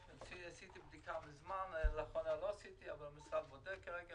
עשיתי בדיקה מזמן לאחרונה לא עשיתי אבל המשרד בודק כרגע